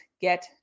get